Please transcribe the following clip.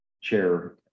chair